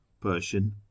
persian